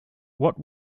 what